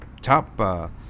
top